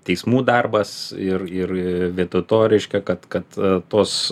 teismų darbas ir ir vietoj to reiškia kad kad tos